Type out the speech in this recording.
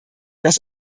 das